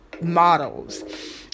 models